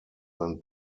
than